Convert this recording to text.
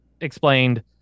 explained